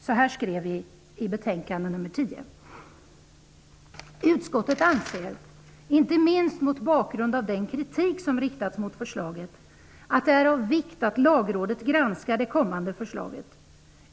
Så här skrev vi i betänkande nr 10: Utskottet anser, inte minst mot bakgrund av den kritik som riktats mot förslaget, att det är av vikt att Lagrådet granskar det kommande förslaget.